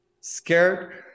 scared